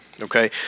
Okay